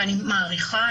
ואני מעריכה,